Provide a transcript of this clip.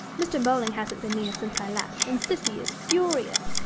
mr. bowling hasn't been near since i left, and cissy is furious.